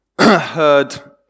heard